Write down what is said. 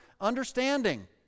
understanding